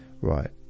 right